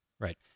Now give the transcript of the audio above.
Right